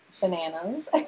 bananas